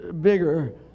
bigger